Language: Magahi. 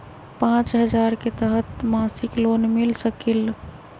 पाँच हजार के तहत मासिक लोन मिल सकील?